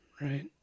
right